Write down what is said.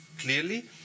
clearly